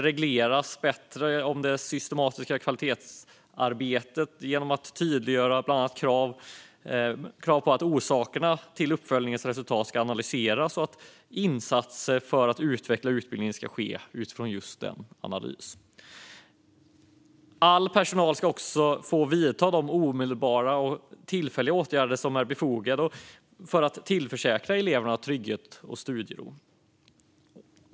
Regleringen av det systematiska kvalitetsarbetet tydliggörs genom bland annat krav på att orsakerna till uppföljningens resultat ska analyseras och att insatser för att utveckla utbildningen ska ske utifrån denna analys. All personal ska få vidta de omedelbara och tillfälliga åtgärder som är befogade för att tillförsäkra eleverna trygghet och studiero.